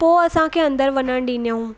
पोइ असांखे अंदरि वञणु ॾिनाऊं